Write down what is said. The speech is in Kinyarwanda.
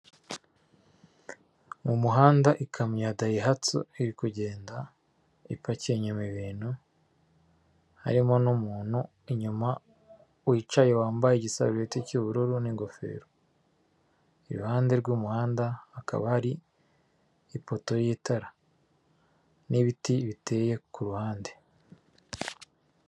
Mu muhanda ikamyo ya dayihatsu iri kugenda ipakiye inyuma ibintu, harimo n'umuntu inyuma wicaye wambaye igisarureti cy'ubururu n'ingofero. Iruhande rw'umuhanda hakaba hari ipoto y'itara n'ibiti biteye ku ruhande.